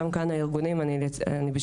וכן גם הארגונים אני בשבילכם.